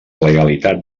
legalitat